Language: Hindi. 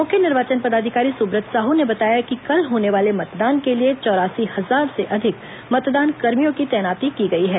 मुख्य निर्वाचन पदाधिकारी सुब्रत साहू ने बताया कि कल होने वाले मतदान के लिए चौरासी हजार से अधिक मतदान कर्मियों की तैनाती की गई है